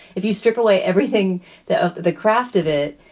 if you strip away everything that ah the craft of it,